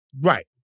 Right